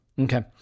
Okay